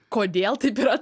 kodėl taip yra